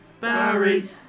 Barry